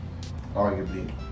arguably